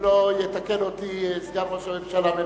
יתקן אותי סגן ראש הממשלה.